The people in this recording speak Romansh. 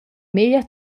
meglier